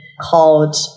called